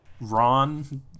Ron